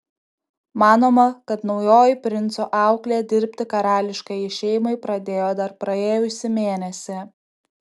manoma kad naujoji princo auklė dirbti karališkajai šeimai pradėjo dar praėjusį mėnesį